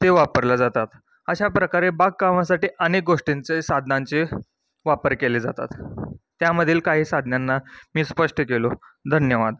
ते वापरल्या जातात अशा प्रकारे बागकामासाठी अनेक गोष्टींचे साधनांचे वापर केले जातात त्यामधील काही साधनांना मी स्पष्ट केले धन्यवाद